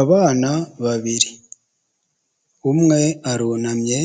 Abana babiri umwe arunamye